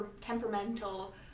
temperamental